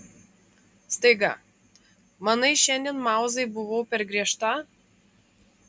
staiga manai šiandien mauzai buvau per griežta